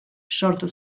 sortu